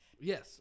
Yes